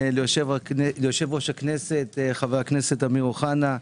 ליושב-ראש הכנסת חבר הכנסת אמיר אוחנה,